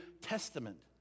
Testament